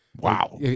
Wow